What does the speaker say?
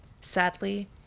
Sadly